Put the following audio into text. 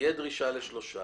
תהיה דרישה לשלושה